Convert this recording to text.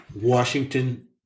Washington